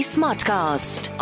Smartcast